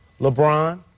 LeBron